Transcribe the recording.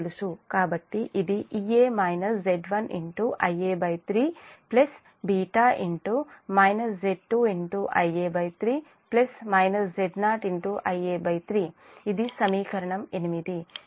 కాబట్టి ఇది Ea Z1Ia3 β Z2 Ia3 Z0 Ia3 ఇది సమీకరణం 8